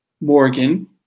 Morgan